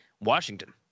Washington